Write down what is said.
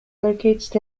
located